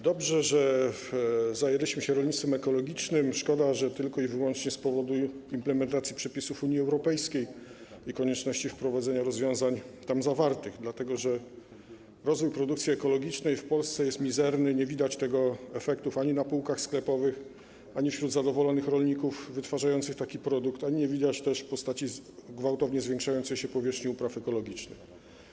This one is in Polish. Dobrze, że zajęliśmy się rolnictwem ekologicznym, szkoda, że tylko i wyłącznie z powodu implementacji przepisów Unii Europejskiej i konieczności wprowadzenia rozwiązań tam zawartych, dlatego że rozwój produkcji ekologicznej w Polsce jest mizerny, nie widać tego efektów ani na półkach sklepowych, ani wśród zadowolonych rolników wytwarzających taki produkt, ani w postaci gwałtownie zwiększającej się powierzchni upraw ekologicznych.